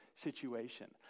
situation